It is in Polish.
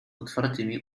otwartymi